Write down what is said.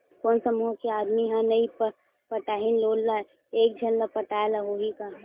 कोन समूह के आदमी हा नई पटाही लोन ला का एक झन ला पटाय ला होही का?